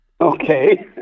Okay